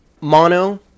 mono